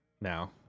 now